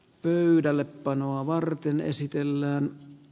pöydällepanoa varten esitellä